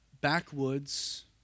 backwoods